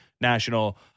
National